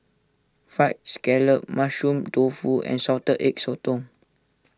Fried Scallop Mushroom Tofu and Salted Egg Sotong